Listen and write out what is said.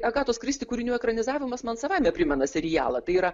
agatos kristi kūrinių ekranizavimas man savaime primena serialą tai yra